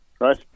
Right